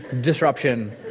disruption